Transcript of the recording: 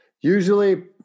usually